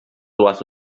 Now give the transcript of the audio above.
dues